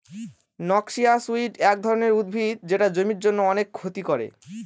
noxious weed এক ধরনের উদ্ভিদ যেটা জমির জন্য অনেক ক্ষতি করে